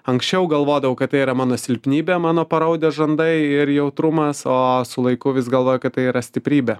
anksčiau galvodavau kad tai yra mano silpnybė mano paraudę žandai ir jautrumas o su laiku vis galvoju kad tai yra stiprybė